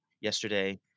yesterday